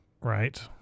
Right